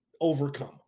overcome